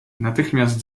natychmiast